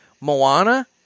Moana